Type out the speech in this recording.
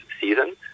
season